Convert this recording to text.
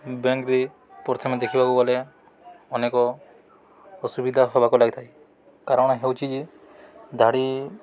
ବ୍ୟାଙ୍କ୍ରେେ ପ୍ରଥମେ ଦେଖିବାକୁ ଗଲେ ଅନେକ ଅସୁବିଧା ହେବାକୁ ଲାଗିଥାଏ କାରଣ ହେଉଛି ଯେ ଧାଡ଼ି